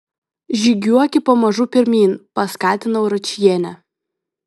žygiuoki pamažu pirmyn paskatinau ročienę